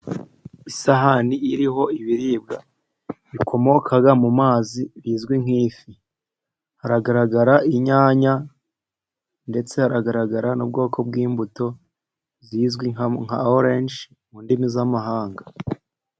Isahani iriho ibiribwa bikomoka mu mazi bizwi nk'ifi. Haragaragara inyanya ndetse haragaragara n'ubwoko bw'imbuto zizwi nka orenje, mu ndimi z'amahanga.